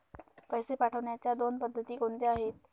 पैसे पाठवण्याच्या दोन पद्धती कोणत्या आहेत?